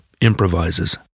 improvises